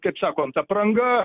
kaip sakont apranga